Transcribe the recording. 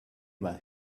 when